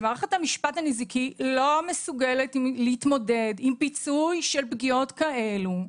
שמערכת המשפט הנזיקי לא מסוגלת להתמודד עם פיצוי של פגיעות כאלו.